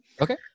okay